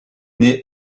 née